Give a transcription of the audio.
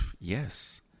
Yes